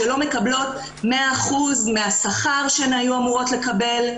שלא מקבלות 100% מהשכר שהן היו אמורות לקבל.